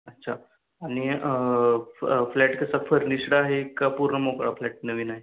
अच्छा आणि फ्लॅट कसा फर्निशड आहे का पूर्ण मोकळा फ्लॅट नवीन आहे